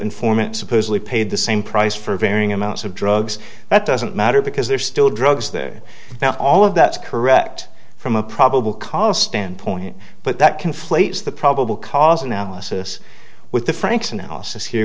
informant supposedly paid the same price for varying amounts of drugs that doesn't matter because they're still drugs they're now all of that's correct from a probable cause standpoint but that conflates the probable cause analysis with the franks analysis here